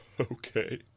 Okay